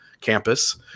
campus